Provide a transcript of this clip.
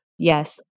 Yes